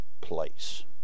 place